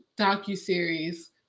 docu-series